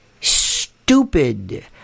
stupid